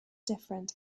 different